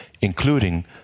including